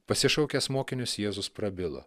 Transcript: pasišaukęs mokinius jėzus prabilo